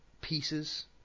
pieces